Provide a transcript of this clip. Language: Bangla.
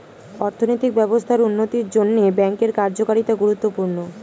অর্থনৈতিক ব্যবস্থার উন্নতির জন্যে ব্যাঙ্কের কার্যকারিতা গুরুত্বপূর্ণ